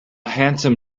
handsome